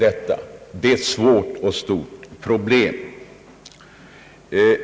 Det är här fråga om ett svårt och stort problem.